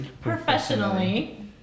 professionally